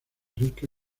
rica